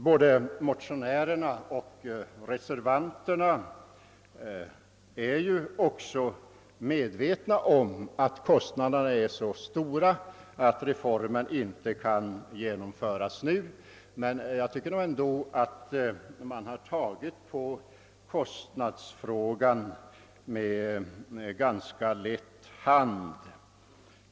Både motionärerna och reservanterna är medvetna om att kostnaderna är så höga att reformen inte nu kan genomföras, men jag tycker ändå att man har tagit på kostnadsfrågan med ganska lätt hand.